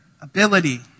ability